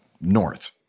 north